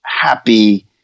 happy